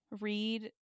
read